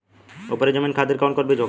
उपरी जमीन खातिर कौन बीज होखे?